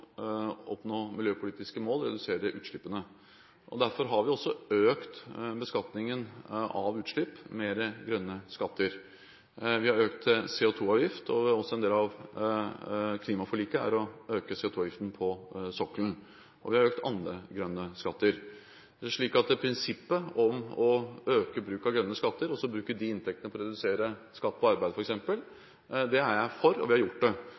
redusere utslippene, og derfor har vi også økt beskatningen av utslipp – mer grønne skatter. Vi har økt CO2-avgift, og det er også en del av klimaforliket å øke CO2-avgiften på sokkelen, og vi har økt andre grønne skatter. Så jeg er for prinsippet om å øke bruken av grønne skatter og så bruke de inntektene på f.eks. å redusere skatt på arbeid, og vi har gjort det. Så må det hele tiden veies mot at vi